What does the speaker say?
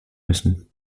müssen